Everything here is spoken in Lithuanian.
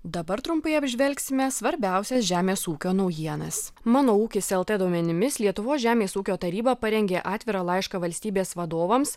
dabar trumpai apžvelgsime svarbiausias žemės ūkio naujienas mano ūkis lt duomenimis lietuvos žemės ūkio taryba parengė atvirą laišką valstybės vadovams